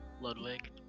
Ludwig